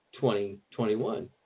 2021